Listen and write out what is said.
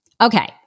Okay